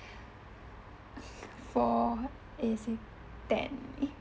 four is it ten